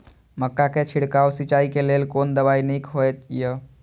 मक्का के छिड़काव सिंचाई के लेल कोन दवाई नीक होय इय?